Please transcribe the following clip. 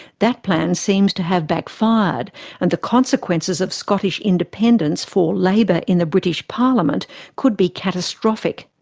that plan seems to have backfired and the consequences of scottish independence for labour in the british parliament could be catastrophic.